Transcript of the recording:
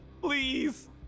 Please